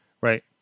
Right